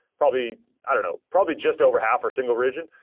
probably i don't know, probably just over half are single region,